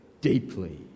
deeply